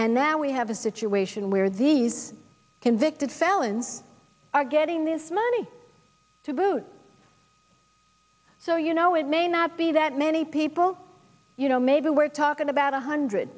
and now we have a situation where these convicted felons are getting this money to boot so you know it may not be that many people you know maybe we're talking about a hundred